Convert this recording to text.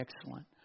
excellent